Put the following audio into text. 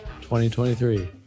2023